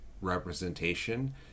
representation